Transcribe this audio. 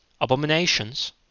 abominations